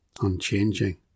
unchanging